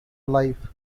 life